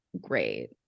great